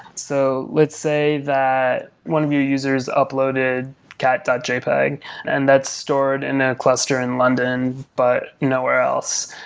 so let's say that one of your users uploaded cat jpeg and that's stored in a cluster in london, but nowhere else.